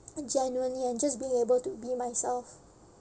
uh genuinely and just being able to be myself